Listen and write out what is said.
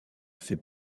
fait